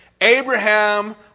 Abraham